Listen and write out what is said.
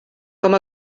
com